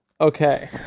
Okay